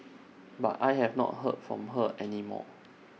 but I have not heard from her any more